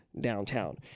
downtown